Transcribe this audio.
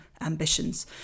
ambitions